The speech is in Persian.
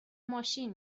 ماشین